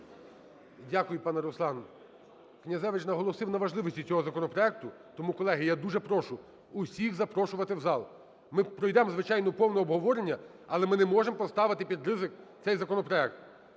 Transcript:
Дякую, пане Руслан. Князевич наголосив на важливості цього законопроекту, тому, колеги, я дуже прошу всіх запрошувати в зал. Ми пройдемо, звичайно, повне обговорення, але ми не можемо поставити під ризик цей законопроект.